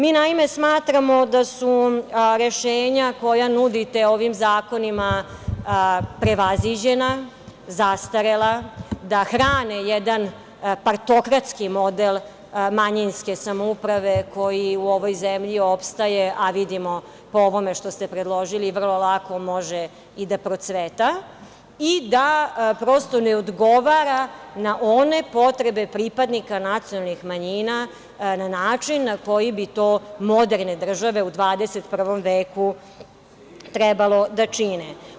Mi smatramo da su rešenja koja nudite ovim zakonima prevaziđena, zastarela, da hrane jedan partokratski model manjinske samouprave koji u ovoj zemlji opstaje, a vidimo po ovome što ste predložili, vrlo lako može i da procveta i da ne odgovara na one potrebe pripadnika nacionalnih manjina na način na koji bi to moderne države u 21. veku trebalo da čine.